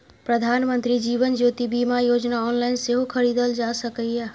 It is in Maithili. प्रधानमंत्री जीवन ज्योति बीमा योजना ऑनलाइन सेहो खरीदल जा सकैए